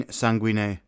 sanguine